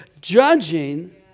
judging